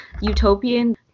utopian